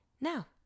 Now